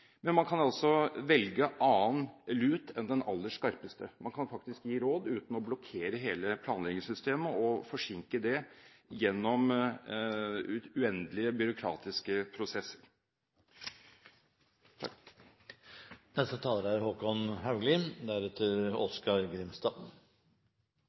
men man kan altså velge annen lut enn den aller skarpeste. Man kan faktisk gi råd uten å blokkere hele planleggingssystemet og forsinke det gjennom uendelige byråkratiske prosesser. Jeg tror det er viktig å